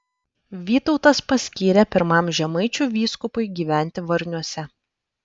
vytautas paskyrė pirmam žemaičių vyskupui gyventi varniuose